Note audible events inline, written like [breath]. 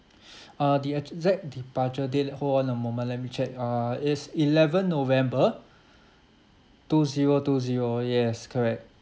[breath] uh the exact departure date hold on a moment let me check uh it's eleven november two zero two zero yes correct